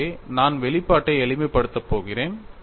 எனவே நான் வெளிப்பாட்டை எளிமைப்படுத்தப் போகிறேன்